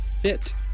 fit